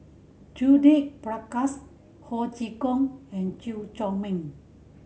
Judith Prakash Ho Chee Kong and Chew Chor Meng